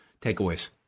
takeaways